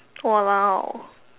!walao!